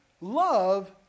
love